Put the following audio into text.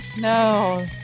No